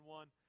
one